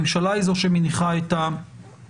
הממשלה היא זו שמניחה את התקנות.